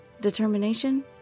Determination